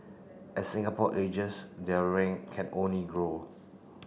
as Singapore ages their rank can only grow